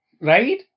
Right